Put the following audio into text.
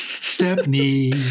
Stepney